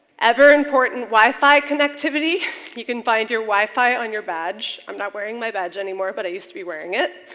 ever-important wi-fi connectivity you can find your wi-fi on your badge. i'm not wearing my badge anymore but i used to be wearing it.